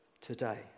today